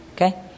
Okay